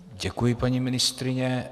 Děkuji, paní ministryně.